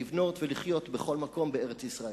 לבנות ולחיות בכל מקום בארץ-ישראל.